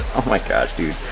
oh my gosh dude,